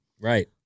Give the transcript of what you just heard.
Right